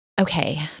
okay